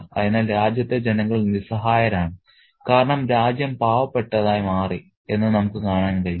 അതിനാൽ രാജ്യത്തെ ജനങ്ങൾ നിസ്സഹായരാണ് കാരണം രാജ്യം പാവപ്പെട്ടതായി മാറി എന്ന് നമുക്ക് കാണാൻ കഴിയും